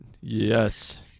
Yes